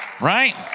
right